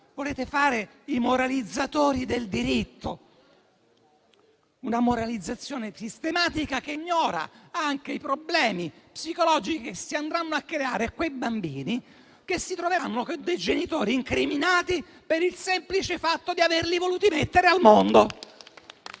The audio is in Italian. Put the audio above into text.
Volete fare i moralizzatori del diritto, con una moralizzazione sistematica che ignora i problemi psicologici che si andranno a creare in quei bambini che si troveranno ad avere dei genitori incriminati per il semplice fatto di averli voluti mettere al mondo.